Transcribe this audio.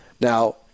Now